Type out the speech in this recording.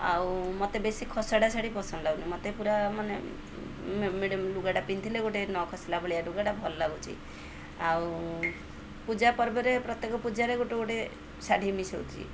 ଆଉ ମୋତେ ବେଶୀ ଖସଡ଼ା ଶାଢ଼ୀ ପସନ୍ଦ ଲାଗୁନି ମୋତେ ପୁରା ମାନେ ଲୁଗାଟା ପିନ୍ଧିଲେ ଗୋଟେ ନ ଖସିଲା ଭଳିଆ ଲୁଗାଟା ଭଲ ଲାଗୁଛି ଆଉ ପୂଜା ପର୍ବରେ ପ୍ରତ୍ୟେକ ପୂଜାରେ ଗୋଟେ ଗୋଟେ ଶାଢ଼ୀ ମିଶାଉଛି